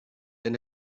and